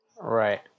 Right